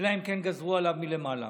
אלא אם כן גזרו עליו מלמעלה.